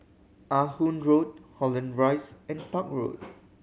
Ah Hood Road Holland Rise and Park Road